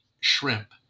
shrimp